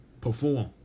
perform